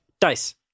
Dice